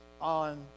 on